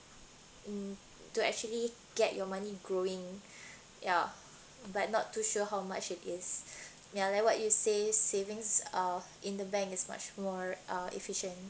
mm to actually get your money growing ya but not too sure how much it is ya like what you say savings uh in the bank is much more uh efficient